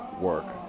work